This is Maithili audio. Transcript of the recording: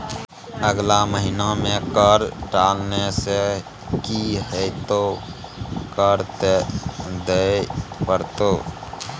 अगला महिना मे कर टालने सँ की हेतौ कर त दिइयै पड़तौ